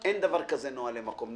אין דבר כזה נהלי מקום.